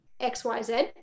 XYZ